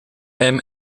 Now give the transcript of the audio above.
aime